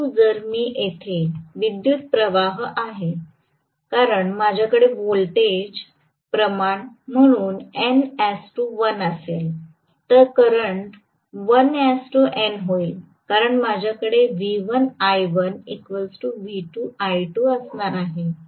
परंतु जर मी येथे विद्युत् प्रवाह पाहत आहे कारण माझ्याकडे व्होल्टेज प्रमाण म्हणून n1 असेल तर करंट 1 n होईल कारण माझ्याकडे असणार आहे